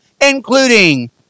including